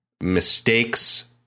mistakes